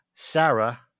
Sarah